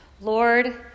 Lord